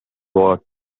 war